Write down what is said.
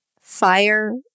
Fire